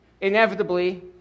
inevitably